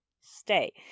stay